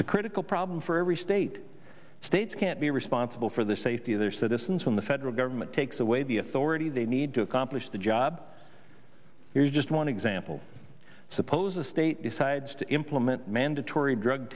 a critical problem for every state states can't be responsible for the safety of their citizens when the federal government takes away the authority they need to accomplish the job here just one example suppose a state decides to implement mandatory drug